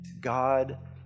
God